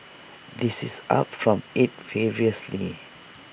this is up from eight previously